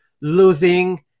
losing